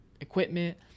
equipment